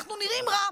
אנחנו נראים רע,